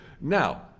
Now